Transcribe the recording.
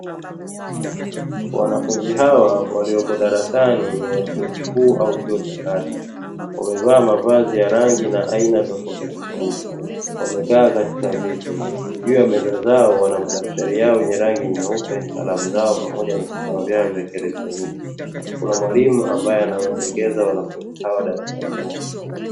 Wanafunzi hawa walioko darasani ni wa chuo kikuu au chuo cha kati. Wamevaa mavazi ya rangi na aina tofauti tofauti. Wamekaa katika viti. Juu ya meza zao wana madaktari yao yenye rangi nyeupe na madaftari pamoja na vifaa vyao vya elektroniki. Kuna mwalimu ambaye anawaelekeza wanafunzi hawa darasani humo.